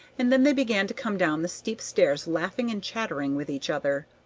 and then they began to come down the steep stairs laughing and chattering with each other.